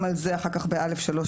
(א2)